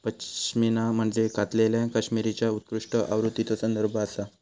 पश्मिना म्हणजे कातलेल्या कश्मीरीच्या उत्कृष्ट आवृत्तीचो संदर्भ आसा